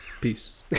Peace